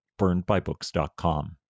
burnedbybooks.com